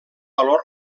valor